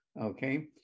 okay